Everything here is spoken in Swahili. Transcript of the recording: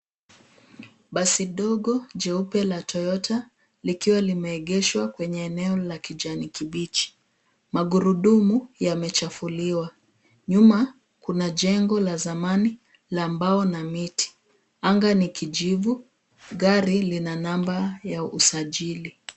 Basi dogo jeupe la toyota likiwa limeegeshwa kwenye eneo la kijani kibichi. Magurudumu yamechafuliwa. Nyuma kuna jengo la zamani la mbao na miti. Anga ni kijivu. Gari lina namba ya usajili.